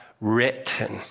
written